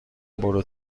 برو